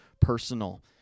personal